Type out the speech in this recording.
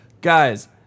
Guys